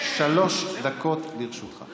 שלוש דקות לרשותך.